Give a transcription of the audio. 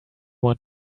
want